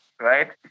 right